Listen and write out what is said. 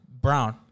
Brown